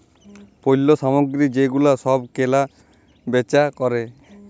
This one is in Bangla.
পল্য সামগ্রী যে গুলা সব কেলা বেচা ক্যরে